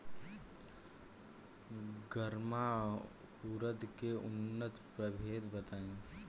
गर्मा उरद के उन्नत प्रभेद बताई?